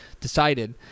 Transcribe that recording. decided